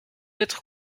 être